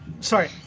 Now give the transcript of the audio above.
Sorry